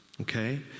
Okay